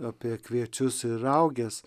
apie kviečius ir rauges